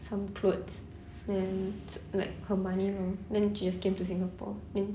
some clothes then s~ like her money lor then she just came to singapore I mean